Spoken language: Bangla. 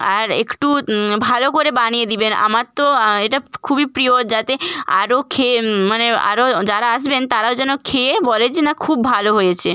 আর একটু ভালো করে বানিয়ে দেবেন আমার তো এটা খুবই প্রিয় যাতে আরও খেয়ে মানে আরও যারা আসবেন তারাও যেন খেয়ে বলে যে না খুব ভালো হয়েছে